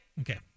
Okay